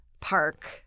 park